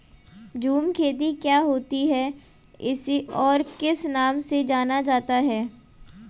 झूम खेती क्या होती है इसे और किस नाम से जाना जाता है?